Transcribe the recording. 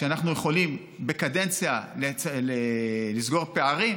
שאנחנו יכולים בקדנציה לסגור פערים?